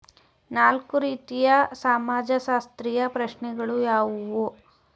ನಾಲ್ಕು ರೀತಿಯ ಸಮಾಜಶಾಸ್ತ್ರೀಯ ಪ್ರಶ್ನೆಗಳು ಯಾವುವು?